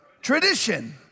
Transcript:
tradition